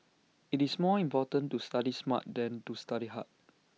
IT is more important to study smart than to study hard